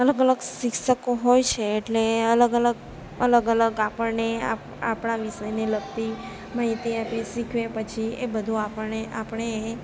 અલગ અલગ શિક્ષકો હોય છે એટલે અલગ અલગ અલગ અલગ આપણને આપણા વિષયને લગતી માહિતી આપી શીખવે પછી એ બધુ આપણને આપણે